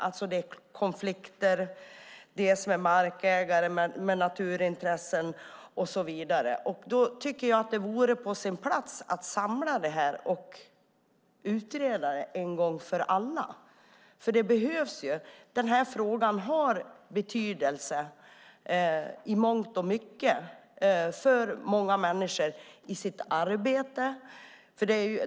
Det är ju konflikter med markägare, med naturintressen och så vidare. Jag tycker att det vore på sin plats att samla och utreda detta en gång för alla. Det behövs. Denna fråga har betydelse i mångt och mycket och för många människor i deras arbete.